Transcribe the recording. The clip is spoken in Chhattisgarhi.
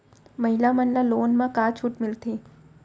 महिला मन ला लोन मा का छूट मिलथे?